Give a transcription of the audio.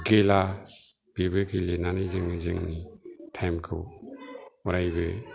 गिला बेबो गेलेनानै जोङो जोंनि टाइमखौ अरायबो